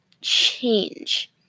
change